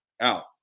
out